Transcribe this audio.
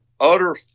utter